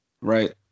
Right